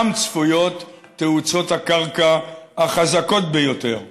שם צפויות תאוצות הקרקע החזקות ביותר.